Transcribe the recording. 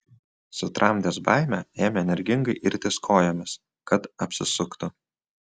sutramdęs baimę ėmė energingai irtis kojomis kad apsisuktų